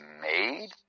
made